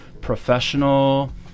professional